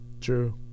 True